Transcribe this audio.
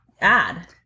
add